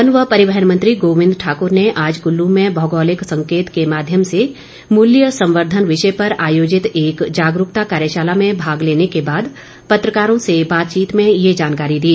one व परिवहन मंत्री गोबिंद ठाकर ने आज कुल्लू में भौगोलिक संकेत के माध्यम से मूल्य संवर्धन विषय पर आयोजित एक जागरूकता कार्यशाला में भाग लेने के बाद पत्रकारों से बातचीत में ये जानकारी दी